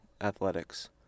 athletics